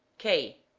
k.